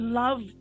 love